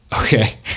Okay